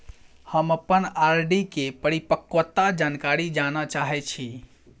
हम अप्पन आर.डी केँ परिपक्वता जानकारी जानऽ चाहै छी